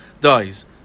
dies